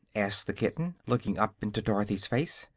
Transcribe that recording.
asked the kitten, looking up into dorothy's face.